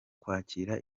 kwakira